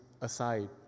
aside